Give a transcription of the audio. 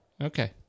Okay